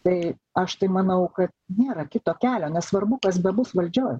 tai aš tai manau kad nėra kito kelio nesvarbu kas bebus valdžioj